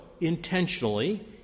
intentionally